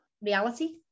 reality